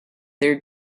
their